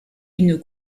une